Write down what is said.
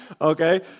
okay